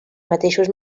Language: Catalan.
mateixos